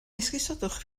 esgusodwch